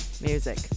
music